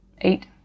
eight